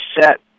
set